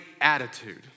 attitude